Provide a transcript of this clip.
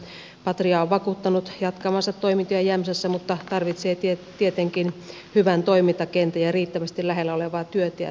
patria on vakuuttanut jatkavansa toimintoja jämsässä mutta tarvitsee tietenkin hyvän toimintakentän ja riittävästi lähellä olevaa työtä ja tilauksia